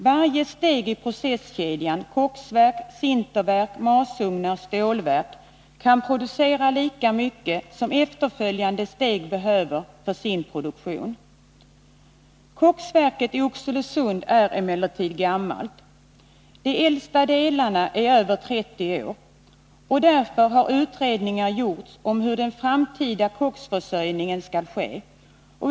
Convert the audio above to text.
Varje steg i processkedjan koksverk-sinterverk-masugnar-stålverk kan producera lika mycket som efterföljande steg behöver för sin produktion. Koksverket i Oxelösund är emellertid gammalt. De äldsta delarna är över 30 år. Därför har utredningar gjorts om hur den framtida koksförsörjningen skall ske.